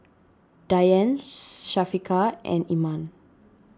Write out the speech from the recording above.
Dian Syafiqah and Iman